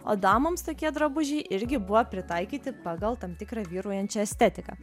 o damoms tokie drabužiai irgi buvo pritaikyti pagal tam tikrą vyraujančią estetiką